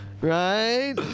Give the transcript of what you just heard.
right